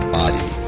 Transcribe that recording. body